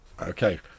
Okay